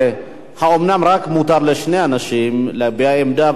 אומנם מותר רק לשני אנשים להביע עמדה,